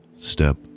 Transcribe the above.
step